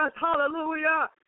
hallelujah